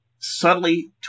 subtly